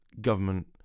government